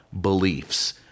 beliefs